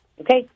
Okay